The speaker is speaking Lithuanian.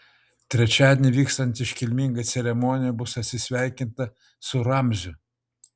trečiadienį vykstant iškilmingai ceremonijai bus atsisveikinta su ramziu